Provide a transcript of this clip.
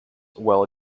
while